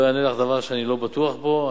לא אענה לך דבר שאני לא בטוח בו.